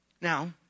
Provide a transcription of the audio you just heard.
Now